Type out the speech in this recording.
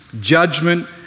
judgment